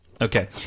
Okay